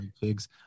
pigs